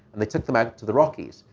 they took them out to the rockies.